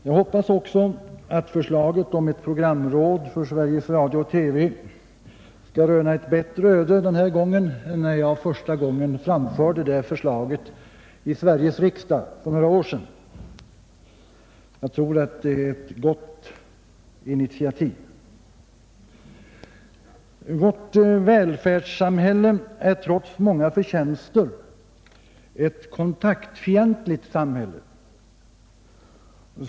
Jag hoppas att förslaget om ett programråd för Sveriges Radio—-TV denna gång skall röna ett bättre öde än när jag första gången framförde det förslaget i riksdagen för några år sedan. Jag tror att det är ett gott initiativ. Vårt välfärdssamhälle är trots många förtjänster ett kontaktfientligt samhälle.